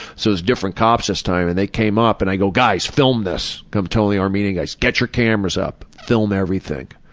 so it's different cops this time and they came up, and i go, guys, film this. i told the armenian guys, get your cameras up. film everything.